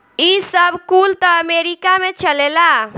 ई सब कुल त अमेरीका में चलेला